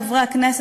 חברי הכנסת,